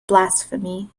blasphemy